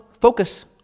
focus